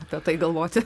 apie tai galvoti